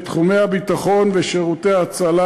ואף בתחומי הביטחון ושירותי ההצלה.